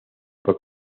por